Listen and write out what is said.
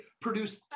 Produce